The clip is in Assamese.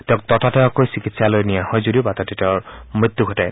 তেওঁক ততাতৈয়াকৈ চিকিৎসালয়লৈ নিয়া হয় যদিও বাটতে তেওঁৰ মৃত্যু ঘটে